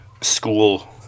School